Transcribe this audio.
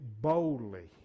boldly